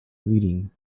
leading